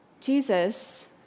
Jesus